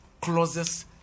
closest